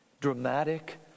Dramatic